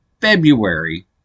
February